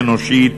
אנושית,